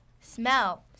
smell